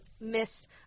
Miss